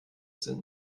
sind